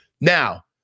Now